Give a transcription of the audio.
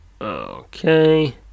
Okay